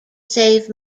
save